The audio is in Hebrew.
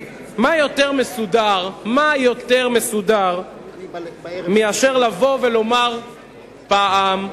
מה יותר מסודר מלבוא ולומר פעם,